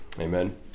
Amen